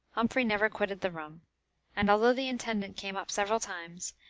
humphrey never quitted the room and although the intendant came up several times,